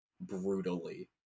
brutally